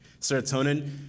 Serotonin